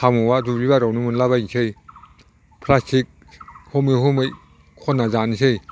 साम'आ दुब्लि बारियावनो मोनला बायनोसै प्लास्टिक हमै हमै खनना जानोसै